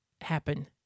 happen